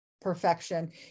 perfection